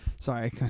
Sorry